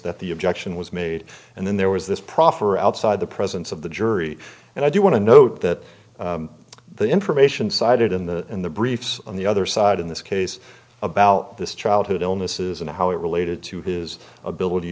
that the objection was made and then there was this proffer outside the presence of the jury and i do want to note that the information cited in the in the briefs on the other side in this case about this childhood illnesses and how it related to his ability